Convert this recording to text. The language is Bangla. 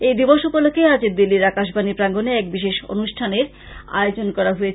এই দিবস উপলক্ষে আজ দিল্লীর আকাসবানী প্রাঙ্গনে এক বিশেষ অনুষ্ঠানের আয়োজন করা হয়